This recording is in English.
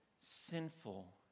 sinful